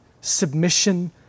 submission